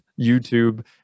YouTube